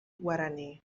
guaraní